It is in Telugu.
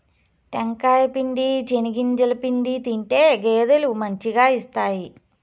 టెంకాయ పిండి, చెనిగింజల పిండి తింటే గేదెలు మంచిగా ఇస్తాయి